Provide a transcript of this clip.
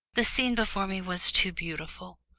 the scene before me was too beautiful,